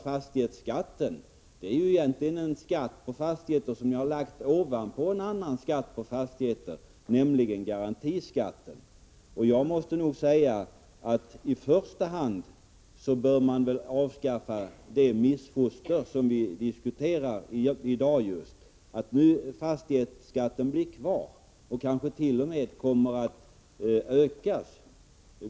Fastighetsskatten är egentligen en skatt som har lagts ovanpå en annan skatt på fastigheter, nämligen garantiskatten. Jag måste nog säga att man i första hand bör avskaffa det missfoster som vi i dag diskuterar. Fastighetsskatten blir ju kvar och kommer kanske. o. m. att ökas.